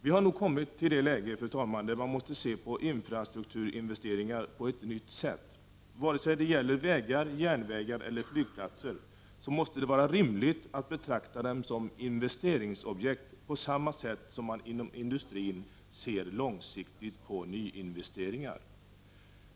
Vi har nog kommit till ett läge, fru talman, där man måste se på infrastruk turinvesteringar på ett nytt sätt. Vare sig det gäller vägar, järnvägar eller flygplatser måste det vara rimligt att betrakta dessa som investeringsobjekt på samma sätt som man inom industrin ser långsiktigt på nyinvesteringar.